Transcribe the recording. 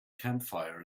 campfire